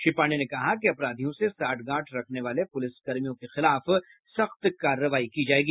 श्री पाण्डेय ने कहा कि अपराधियों से साठ गाठ रखने वाले पुलिस कर्मियों के खिलाफ सख्त कार्रवाई की जाएगी